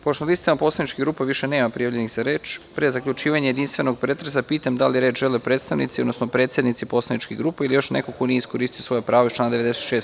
Pošto na listama poslaničkih grupa više nema prijavljenih za reč, pre zaključivanja jedinstvenog pretresa, pitam da li reč žele predstavnici, odnosno predsednici poslaničkih grupa ili još neko ko nije iskoristio svoja prava iz člana 96.